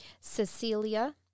Cecilia